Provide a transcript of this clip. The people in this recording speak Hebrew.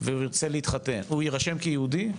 והוא ירצה להתחתן, הוא יירשם כיהודי?